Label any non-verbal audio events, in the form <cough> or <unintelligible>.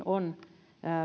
<unintelligible> on